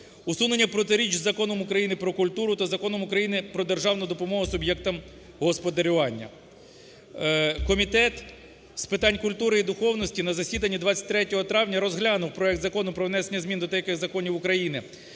усунення протиріч з Законом України "Про культуру" та Законом України "Про державну допомогу суб'єктам господарювання". Комітет з питань культури і духовності на засіданні 23 травня розглянув проект Закону про внесення змін до деяких законів України